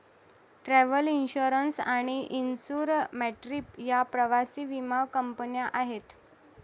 travel insurance आणि Insure My Trip या प्रवासी विमा कंपन्या आहेत